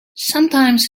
sometimes